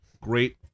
great